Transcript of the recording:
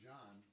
John